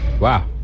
Wow